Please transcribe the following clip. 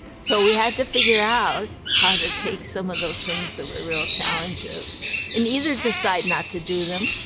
so we had to figure out how to take some of those things that were real challenges and either decide not to do them,